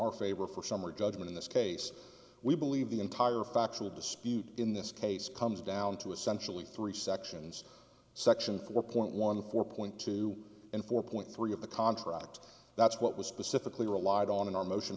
our favor for summary judgment in this case we believe the entire factual dispute in this case comes down to essentially three sections section four point one four point two and four point three of the contract that's what was specifically relied on in our motion